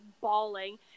bawling